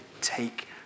take